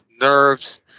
nerves